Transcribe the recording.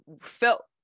felt